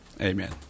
Amen